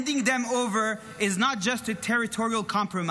Handing them over is not just a territorial compromise.